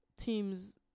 teams